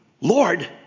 Lord